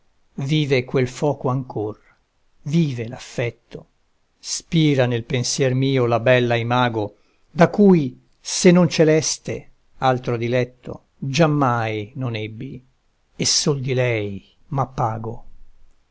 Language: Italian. vive quel foco ancor vive l'affetto spira nel pensier mio la bella imago da cui se non celeste altro diletto giammai non ebbi e sol di lei m'appago